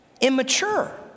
immature